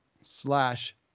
slash